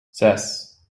zes